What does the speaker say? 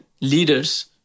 leaders